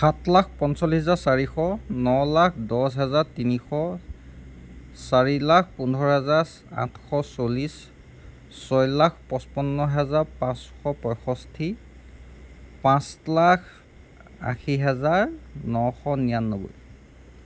সাত লাখ পঞ্চল্লিছ হাজাৰ চাৰিশ ন লাখ দহ হাজাৰ তিনিশ চাৰি লাখ পোন্ধৰ হাজাৰ আঠশ চল্লিছ ছয় লাখ পঁচপন্ন হাজাৰ পাঁচশ পঁয়ষষ্ঠি পাঁচ লাখ আশী হাজাৰ নশ নিৰান্নব্বৈ